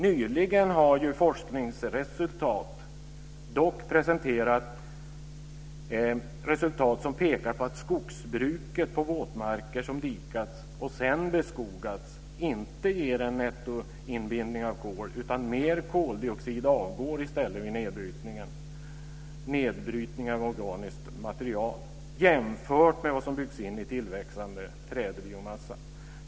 Nyligen har forskare dock presenterat resultat som pekar på att skogsbruket på våtmarker som dikats och sedan beskogats inte ger en nettoinbindning av kol, utan mer koldioxid avgår i stället vid nedbrytningen av organiskt material jämfört med vad som byggs in i tillväxande trädbiomassa.